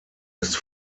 ist